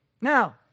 Now